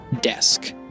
desk